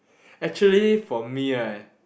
actually for me right